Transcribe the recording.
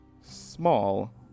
small